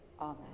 Amen